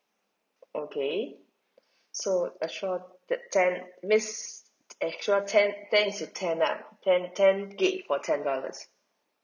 okay so extra ten means extra ten ten is to ten lah ten ten gig for ten dollars